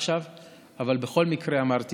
לפי החוק שנמצא עכשיו.